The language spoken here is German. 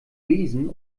besen